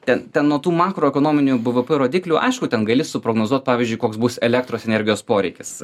ten ten nuo tų makroekonominių b v p rodiklių aišku ten gali suprognozuot pavyzdžiui koks bus elektros energijos poreikis